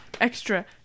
extra